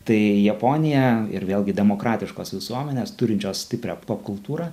tai japonija ir vėlgi demokratiškos visuomenės turinčios stiprią popkultūrą